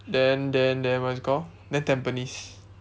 then then then what is it called then tampines